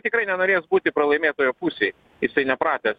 tikrai nenorės būti pralaimėtojo pusėj isai nepratęs